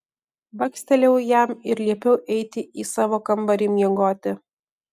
bakstelėjau jam ir liepiau eiti į savo kambarį miegoti